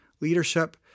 leadership